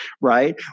right